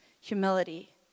humility